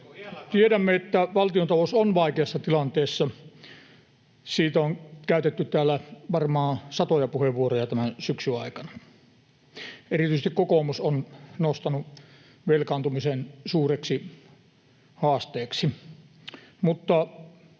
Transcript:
Tiedämme, että valtiontalous on vaikeassa tilanteessa. Siitä on käytetty täällä varmaan satoja puheenvuoroja tämän syksyn aikana, ja erityisesti kokoomus on nostanut velkaantumisen suureksi haasteeksi. Mutta